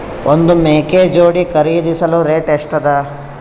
ಒಂದ್ ಮೇಕೆ ಜೋಡಿ ಖರಿದಿಸಲು ರೇಟ್ ಎಷ್ಟ ಅದ?